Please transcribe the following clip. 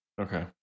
okay